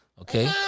okay